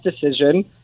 decision